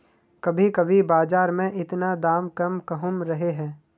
कभी कभी बाजार में इतना दाम कम कहुम रहे है?